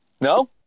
No